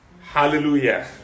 Hallelujah